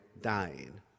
dying